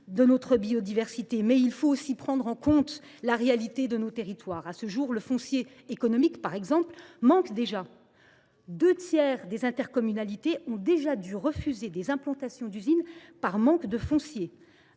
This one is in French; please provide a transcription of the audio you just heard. de notre biodiversité. Mais il faut aussi prendre en compte la réalité de nos territoires. À ce jour, le foncier économique, par exemple, manque déjà. Deux tiers des intercommunalités ont déjà dû refuser des implantations d’usines par manque de foncier.